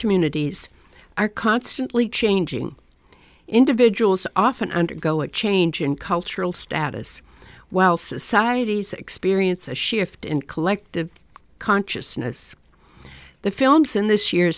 communities are constantly changing individuals often undergo a change in cultural status while societies experience a shift in collective consciousness the films in this year